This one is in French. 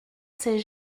ses